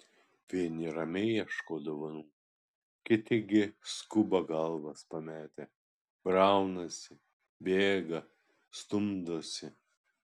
vieni ramiai ieško dovanų kiti gi skuba galvas pametę braunasi bėga stumdosi